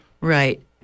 Right